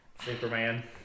Superman